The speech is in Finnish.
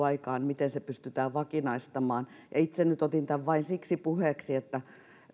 aikaan miten se pystytään vakinaistamaan itse nyt otin tämän puheeksi vain siksi että